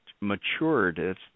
matured